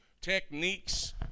techniques